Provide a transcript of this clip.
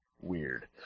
Weird